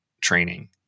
training